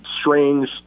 strange